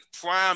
prime